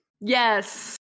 Yes